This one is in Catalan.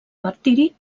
martiri